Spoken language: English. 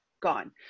gone